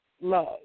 love